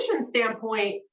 standpoint